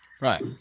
Right